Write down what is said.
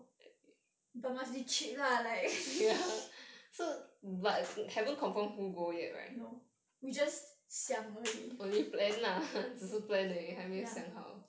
but must be cheap lah like no we just 想而已 ya